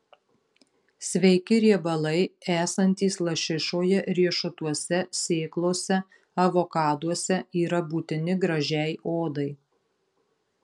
sveiki riebalai esantys lašišoje riešutuose sėklose avokaduose yra būtini gražiai odai